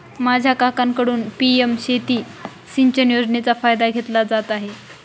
माझा काकांकडून पी.एम शेती सिंचन योजनेचा फायदा घेतला जात आहे